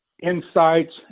insights